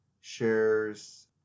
shares